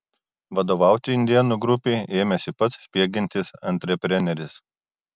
vadovauti indėnų grupei ėmėsi pats spiegiantis antrepreneris